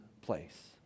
place